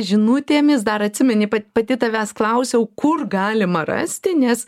žinutėmis dar atsimeni pat pati tavęs klausiau kur galima rasti nes